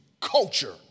culture